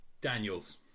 Daniels